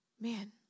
Man